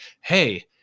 hey